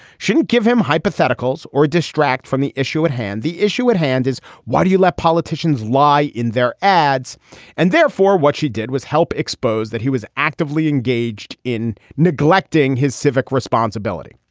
she didn't give him hypotheticals or distract from the issue at hand. the issue at hand is why do you let politicians lie in their ads and therefore what she did was help expose that he was actively engaged in neglecting his civic responsibility.